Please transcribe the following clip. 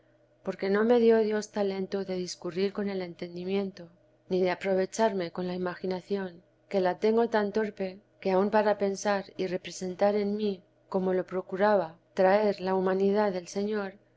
porque no me dio dios talento de discurrir con el entendimiento ni de aprovecharme con la imaginación que la tengo tan torpe que aun para pensar y representar en mí como lo procuraba traer la humanidad del señor